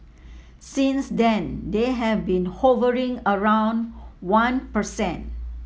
since then they have been hovering around one per cent